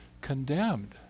condemned